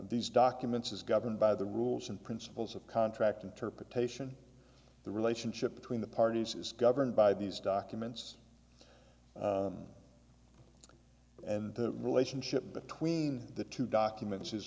these documents is governed by the rules and principles of contract interpretation the relationship between the parties is governed by these documents and the relationship between the two documents